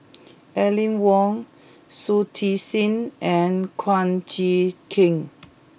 Aline Wong Shui Tit Sing and Kum Chee Kin